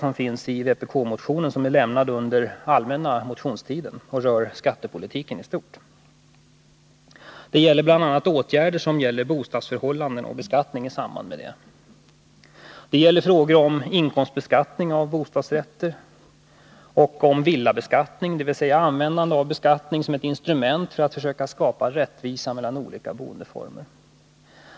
De återfinns i en vpk-motion som väcktes under den allmänna motionstiden och berör skattepolitiken i stort. Det gäller bl.a. åtgärder beträffande bostadsförhållanden och beskattning i samband med detta. Det gäller inkomstbeskattning av bostadsrätter och villabeskattning, dvs. användande av beskattningen som ett instrument för att försöka skapa rättvisa mellan olika boendeformer.